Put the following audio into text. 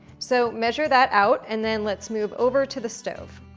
so measure that out, and then let's move over to the stove.